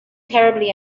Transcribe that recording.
terribly